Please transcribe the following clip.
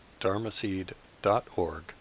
dharmaseed.org